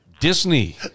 Disney